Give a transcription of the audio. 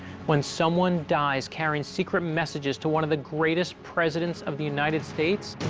when someone dies carrying secret messages to one of the greatest presidents of the united states,